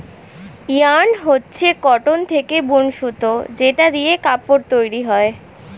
yarn হচ্ছে cotton থেকে বুন সুতো যেটা দিয়ে কাপড় তৈরী হয়